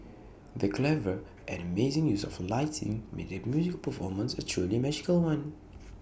the clever and amazing use of lighting made the musical performance A truly magical one